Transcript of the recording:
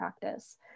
practice